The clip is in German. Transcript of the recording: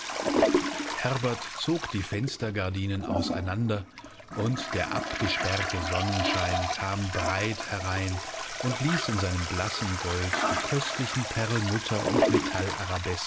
herbert zog die fenstergardinen auseinander und der abgesperrte sonnenschein kam breit herein und ließ in seinem blassen gold die köstlichen perlmutter und